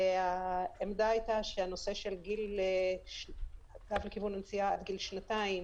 העמדה הייתה שהנושא כיוון הנסיעה עד גיל שנתיים